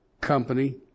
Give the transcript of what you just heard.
company